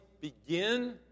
begin